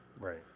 Right